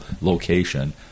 location